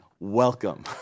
welcome